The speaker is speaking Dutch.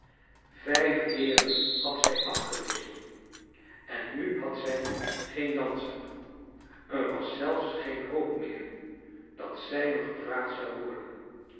vijf heeren had zij afgewezen en nu had zij geen danser er was zelfs geen hoop meer dat zij nog gevraagd zou worden